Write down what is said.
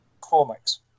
comics